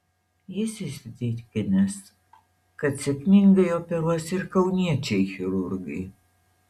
jis įsitikinęs kad sėkmingai operuos ir kauniečiai chirurgai